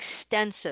extensive